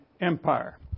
empire